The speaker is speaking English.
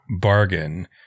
bargain